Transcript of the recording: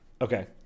Okay